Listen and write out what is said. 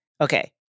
Okay